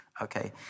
okay